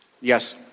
Yes